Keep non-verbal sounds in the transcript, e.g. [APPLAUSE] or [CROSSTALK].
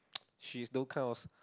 [NOISE] she's those kind of